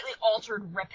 altered